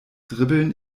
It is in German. dribbeln